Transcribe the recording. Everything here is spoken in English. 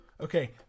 Okay